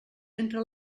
entra